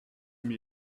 mir